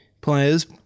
players